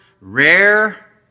rare